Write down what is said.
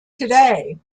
today